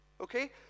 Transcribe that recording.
Okay